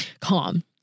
Calm